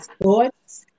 thoughts